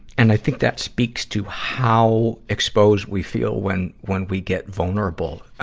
and i think that speaks to how exposed we feel when, when we get vulnerable.